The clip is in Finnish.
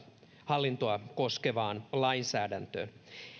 hallintoa koskevaan lainsäädäntöön